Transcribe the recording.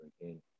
again